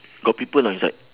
got people or not inside